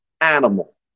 animal